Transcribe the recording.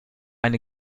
eine